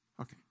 Okay